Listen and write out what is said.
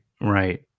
right